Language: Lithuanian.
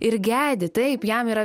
ir gedi taip jam yra